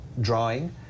drawing